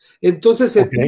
entonces